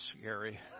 scary